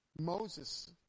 Moses